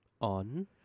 on